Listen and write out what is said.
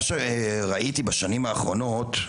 בשנים האחרונות,